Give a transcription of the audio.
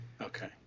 Okay